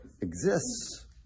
exists